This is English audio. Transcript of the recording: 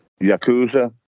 Yakuza